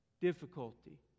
Difficulty